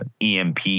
emp